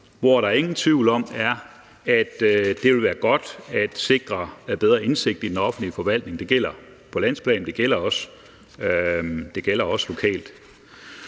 hvor der ingen tvivl er om, at det ville være godt at sikre bedre indsigt i den offentlige forvaltning. Det gælder på landsplan, og det gælder også lokalt.